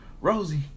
Rosie